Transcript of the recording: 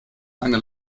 eine